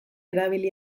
erabili